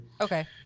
Okay